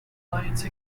alliance